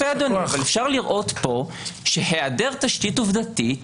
אפשר לראות שהיעדר תשתית עובדתית,